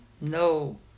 No